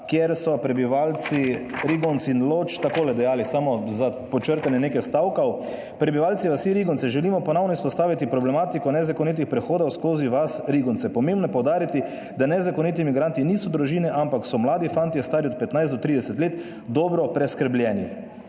kjer so prebivalci Rigonc in Loč takole dejali, samo za podčrtanje nekaj stavkov: "Prebivalci vasi Rigonce želimo ponovno izpostaviti problematiko nezakonitih prehodov skozi vas Rigonce. Pomembno je poudariti, da nezakoniti migranti niso družine, ampak so mladi fantje, stari od 15 do 30 let, dobro preskrbljeni.